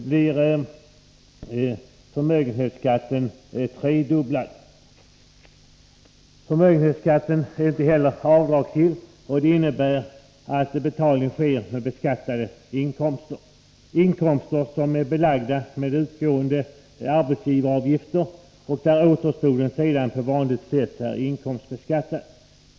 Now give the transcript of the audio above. blir förmögenhetsskatten tredubblad. Förmögenhetsskatten är inte heller avdragsgill, och det innebär att betalning sker med beskattade inkomster, dvs. inkomster som är belagda med utgående arbetsgivaravgifter och där återstoden sedan på vanligt sätt är inkomstbeskattad.